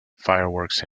fireworks